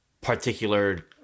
particular